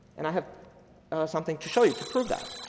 and i have something to show you to prove that.